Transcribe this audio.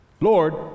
Lord